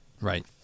Right